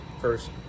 first